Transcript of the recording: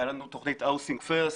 הייתה לנו תכנית האוסינג פירסט,